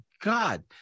God